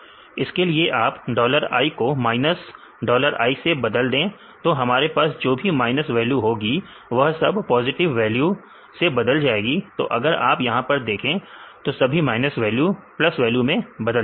इसके लिए आप डॉलर आई को माइनस डॉलर आई से बदल दे तो हमारे पास जो भी माइनस वैल्यू होगी वह सब पॉजिटिव वैल्यू से बदल जाएगी तो अगर आप यहां पर देखें तो सभी माइनस वैल्यू प्लस वैल्यू मैं बदल चुकी है